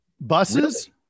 Buses